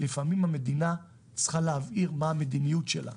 לפעמים המדינה צריכה להבהיר מהי המדיניות שלה.